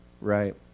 right